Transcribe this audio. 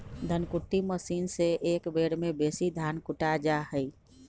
धन कुट्टी मशीन से एक बेर में बेशी धान कुटा जा हइ